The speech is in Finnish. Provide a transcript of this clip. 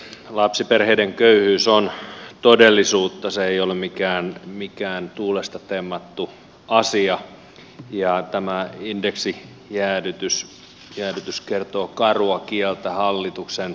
lapsiperheiden köyhyys on todellisuutta se ei ole mikään tuulesta temmattu asia ja tämä indeksijäädytys kertoo karua kieltä hallituksen arvoista